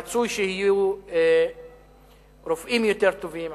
רצוי שיהיו רופאים יותר טובים,